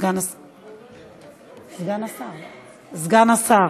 סגן השר,